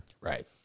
right